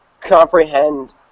comprehend